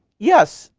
yes,